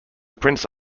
prince